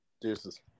Deuces